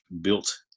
built